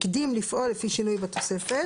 הקדים לפעול לפי שינוי בתוספת.